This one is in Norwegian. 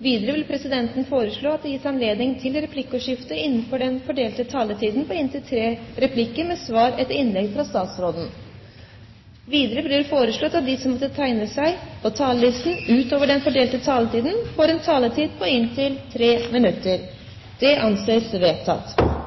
Videre vil presidenten foreslå at det gis anledning til replikkordskifte på inntil tre replikker med svar etter innlegg fra statsråden innenfor den fordelte taletid. Videre blir det foreslått at de som måtte tegne seg på talerlisten utover den fordelte taletid, får en taletid på inntil 3 minutter. – Det anses vedtatt.